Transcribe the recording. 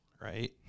right